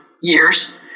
years